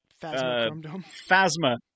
Phasma